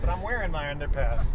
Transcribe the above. but i'm wearing my underpass